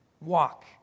walk